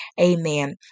amen